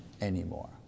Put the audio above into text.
anymore